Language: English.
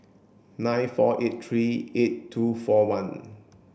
nine four eight three eight two four one